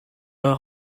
are